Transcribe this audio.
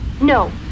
No